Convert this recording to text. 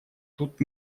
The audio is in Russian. тут